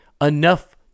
enough